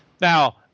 Now